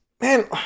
Man